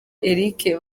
eric